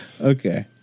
Okay